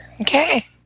okay